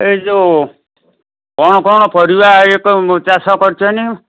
ଏହି ଯେଉଁ କ'ଣ କ'ଣ ପରିବା ଚାଷ କରିଛନି